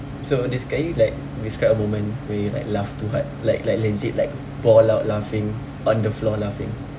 so des~ can you like describe a moment when you like laughed too hard like like legit like ball out laughing on the floor laughing